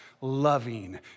loving